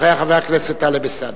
חבר הכנסת טלב אלסאנע.